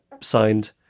signed